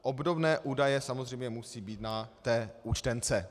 Obdobné údaje samozřejmě musí být na té účtence.